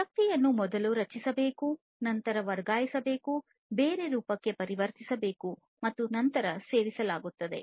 ಶಕ್ತಿಯನ್ನು ಮೊದಲು ರಚಿಸಬೇಕು ನಂತರ ವರ್ಗಾಯಿಸಬೇಕು ಬೇರೆ ರೂಪಕ್ಕೆ ಪರಿವರ್ತಿಸಬೇಕು ಮತ್ತು ನಂತರ ಬಳಸಲಾಗುತ್ತದೆ